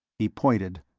he pointed.